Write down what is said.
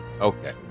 Okay